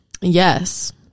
Yes